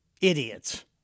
idiots